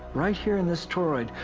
right here in this toroid,